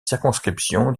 circonscription